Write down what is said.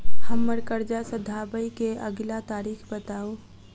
हम्मर कर्जा सधाबई केँ अगिला तारीख बताऊ?